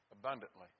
Abundantly